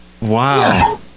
Wow